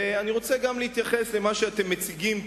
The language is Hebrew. ואני רוצה גם להתייחס למה שאתם מציגים,